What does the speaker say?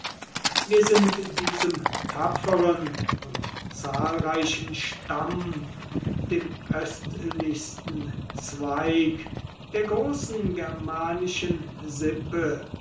wir sind diesem tapferen und zahlreichen stamm dem östlichsten zweig der großen germanischen sippe